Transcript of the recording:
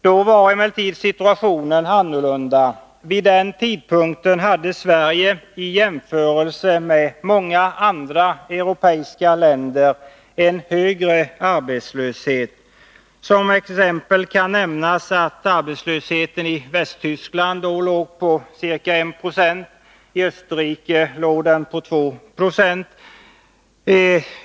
Då var emellertid situationen annorlunda. Vid den tidpunkten hade Sverige en hög arbetslöshet i jämförelse med många andra europeiska länder. Som exempel kan nämnas att arbetslösheten i Västtyskland då låg på ca 1 90 och att den i Österrike var 2 Ze.